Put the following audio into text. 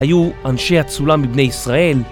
היו אנשי אצולה בבני ישראל